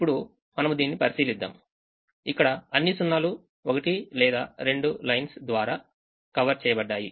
ఇప్పుడు మనము దీన్ని పరిశీలిద్దాం ఇక్కడ అన్ని సున్నాలు ఒకటి లేదా రెండు లైన్స్ ద్వారా కవర్ చేయబడ్డాయి